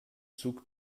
zug